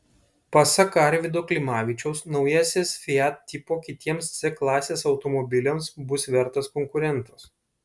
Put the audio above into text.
pasak arvydo klimavičiaus naujasis fiat tipo kitiems c klasės automobiliams bus vertas konkurentas